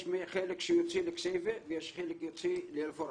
יש חלק שיוצא לכסיפה ויש חלק שיוצא לפורעה.